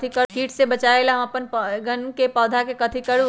किट से बचावला हम अपन बैंगन के पौधा के कथी करू?